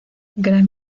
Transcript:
gran